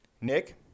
Nick